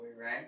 right